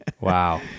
Wow